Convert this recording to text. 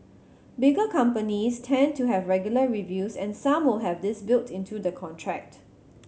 bigger companies tend to have regular reviews and some will have this built into the contract